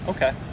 Okay